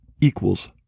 equals